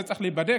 זה צריך להיבדק,